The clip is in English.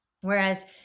Whereas